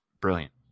brilliant